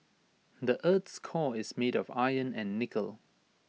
the Earth's core is made of iron and nickel